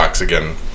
again